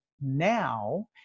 now